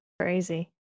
Crazy